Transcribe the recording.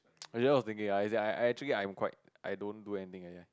acually I was thinking I I actually I'm quite I don't do anything